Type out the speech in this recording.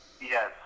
Yes